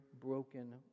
broken